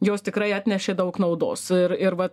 jos tikrai atnešė daug naudos ir ir vat